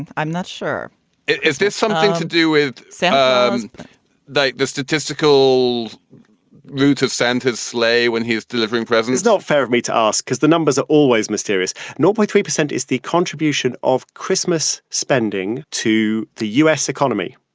i'm not sure is this something to do with said um that the statistical roots of santa's sleigh when he's delivering presents? not fair of me to ask. because the numbers are always mysterious. no point. three percent is the contribution of christmas spending to the u s. economy,